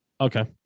okay